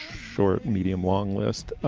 short, medium long list.